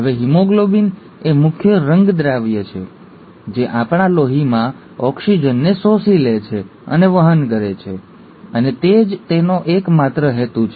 હવે હિમોગ્લોબિન એ મુખ્ય રંગદ્રવ્ય છે જે આપણા લોહીમાં ઓક્સિજનને શોષી લે છે અને વહન કરે છે અને તે જ તેનો એકમાત્ર હેતુ છે